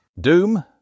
Doom